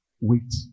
Wait